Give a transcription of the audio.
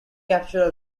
capture